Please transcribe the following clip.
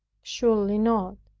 surely not.